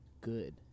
good